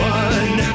one